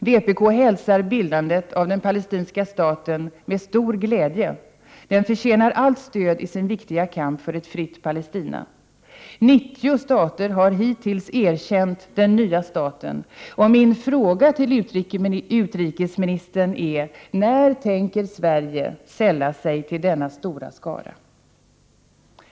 Vpk hälsar bildandet av den palestinska staten med stor glädje. Den förtjänar allt stöd i sin viktiga kamp för ett fritt Palestina. 90 stater har hittills erkänt den nya staten, och min fråga till utrikesministern är: När tänker Sverige sälla sig till denna stora skara?